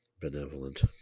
benevolent